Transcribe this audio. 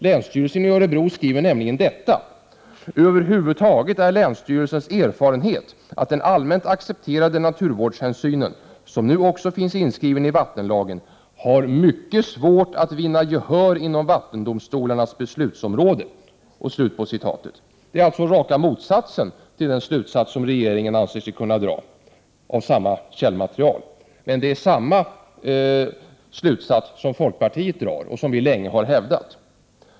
Länsstyrelsen i Örebro län skriver nämligen: ”Över huvud taget är länsstyrelsens erfarenhet att den allmänt accepterade naturvårdshänsynen som nu också finns inskriven i vattenlagen har mycket svårt att vinna gehör inom vattendomstolarnas beslutsområden.” Det är alltså raka motsatsen till den slutsats regeringen anser sig kunna dra av samma källmaterial. Men det är samma slutsats folkpartiet drar och som vi länge har hävdat.